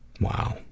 Wow